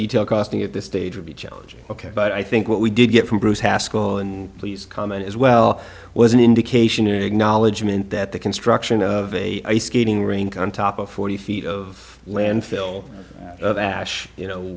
detail costing at this stage would be challenging ok but i think what we did get from bruce haskell and please comment as well was an indication acknowledgement that the construction of a ice skating rink on top of forty feet of landfill of ash you know